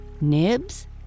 Nibs